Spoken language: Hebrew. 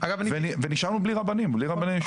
ונשארנו בלי רבני ישובים.